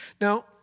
Now